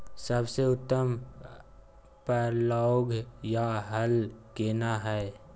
सबसे उत्तम पलौघ या हल केना हय?